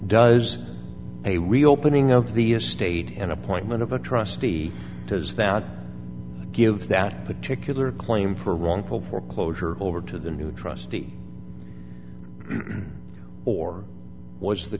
does a reopening of the estate an appointment of a trustee does that give that particular claim for wrongful foreclosure over to the new trustee or was the